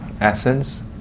essence